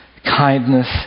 kindness